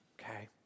Okay